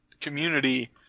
Community